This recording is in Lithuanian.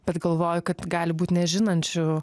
bet galvoju kad gali būt nežinančių